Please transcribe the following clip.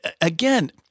again